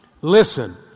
Listen